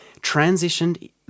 transitioned